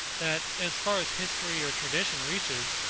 that, as far as history or tradition reaches,